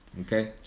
Okay